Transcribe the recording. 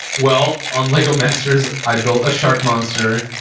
well, on lego masters, i built a shark monster.